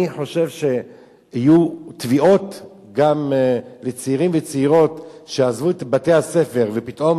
אני חושב שיהיו תביעות גם לצעירים וצעירות שעזבו את בתי-הספר ופתאום